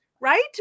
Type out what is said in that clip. right